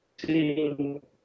seeing